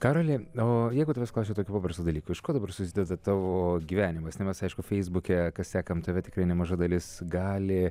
karoli o jeigu tavęs klausčiau tokio paprasto dalyko iš ko dabar susideda tavo gyvenimas ne mes aišku feisbuke sekam tave tikrai nemaža dalis gali